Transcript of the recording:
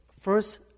first